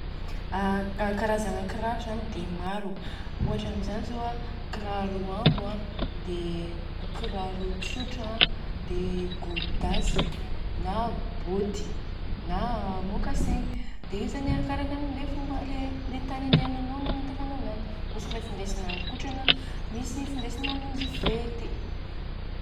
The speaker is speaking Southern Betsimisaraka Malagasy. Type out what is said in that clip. Aa karazagna kiraro zany de maro, ohatra amizany zô a de kiraro ambo an dia kiraro tsotra an, dia gôdasy, na bôty, n'a môkasegna. Dia io zany arakarakan'le fomba le tany andiananô mantonga; misy le findesina mikotrana an, misy findesina mamonjy fety.